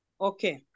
Okay